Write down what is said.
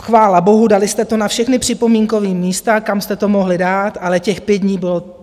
Chvála Bohu, dali jste to na všechna připomínková místa, kam jste to mohli dát, ale těch pět dní bylo...